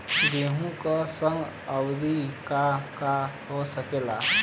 गेहूँ के संगे आऊर का का हो सकेला?